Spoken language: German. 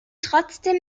trotzdem